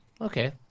okay